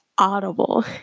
audible